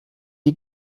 die